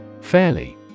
Fairly